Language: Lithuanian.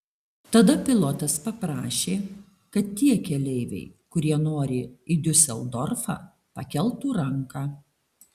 tada pilotas paprašė kad tie keleiviai kurie nori į diuseldorfą pakeltų ranką